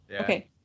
Okay